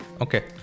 Okay